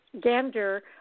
Gander